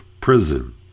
prison